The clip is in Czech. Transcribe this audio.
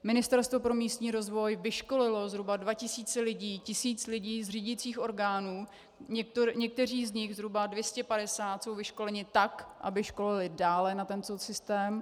Ministerstvo pro místní rozvoj vyškolilo zhruba 2 tisíce lidí, tisíc lidí z řídicích orgánů, někteří z nich, zhruba 250, jsou vyškoleni tak, aby školili dále na tento systém.